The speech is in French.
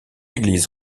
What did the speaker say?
église